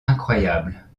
incroyable